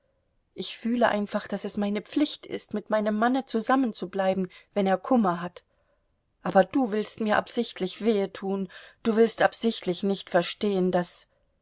ich fühle einfach daß es meine pflicht ist mit meinem manne zusammenzubleiben wenn er kummer hat aber du willst mir absichtlich wehe tun du willst absichtlich nicht verstehen daß